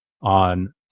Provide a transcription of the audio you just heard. on